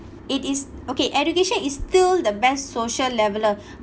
it is okay education is still the best social leveller